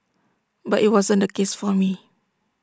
but IT wasn't the case for me